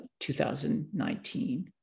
2019